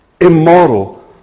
immoral